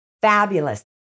fabulous